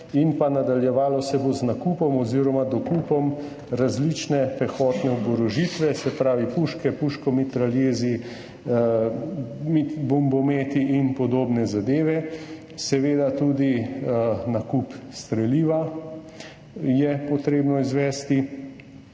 Nadaljevalo se bo tudi z nakupom oziroma dokupom različne pehotne oborožitve, se pravi puške, puškomitraljezi, bombometi in podobne zadeve. Seveda je tudi nakup streliva treba izvesti.